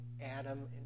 Adam